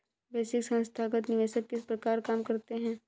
वैश्विक संथागत निवेशक किस प्रकार काम करते हैं?